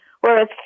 Whereas